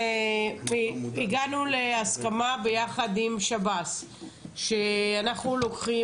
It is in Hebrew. הגענו להסכמה יחד עם שב"ס שאנחנו לוקחים